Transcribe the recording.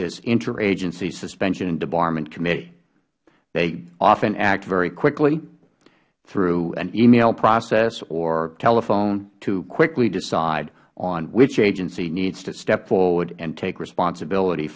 this interagency suspension and debarment committee they often act very quickly through an email process or telephone to quickly decide on which agency needs to step forward and take responsibility